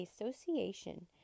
Association